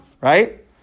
right